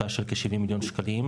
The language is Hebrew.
בהשקעה של כ-70 מיליון שקלים.